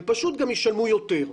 ופשוט גם ישלמו יותר.